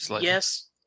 Yes